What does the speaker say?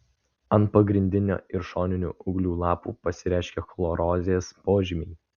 ant pagrindinio ir šoninių ūglių lapų pasireiškia chlorozės požymiai